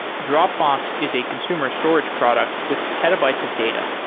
dropbox is a consumer storage product with petabytes of data.